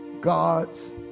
God's